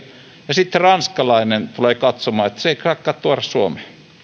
ja sitten ranskalainen tulee katsomaan että se ei saakaan tuoda suomeen